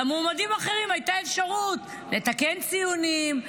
למועמדים האחרים הייתה אפשרות לתקן ציונים,